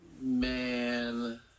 Man